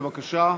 בבקשה.